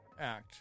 act